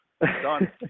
done